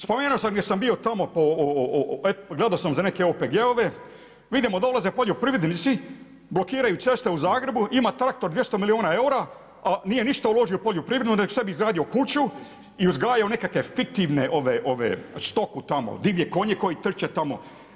Spomenuo sam da sam gledao za neke OPG-ove vidimo dolaze poljoprivrednici, blokiraju ceste u Zagrebu, ima traktor 200 milijuna eura, a nije ništa uložio u poljoprivredu nego sebi izgradio kuću i uzgajao nekakve fiktivnu stoku tamo divlje konje koji trče tamo.